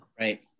Right